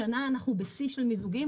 השנה אנחנו בשיא של מיזוגים,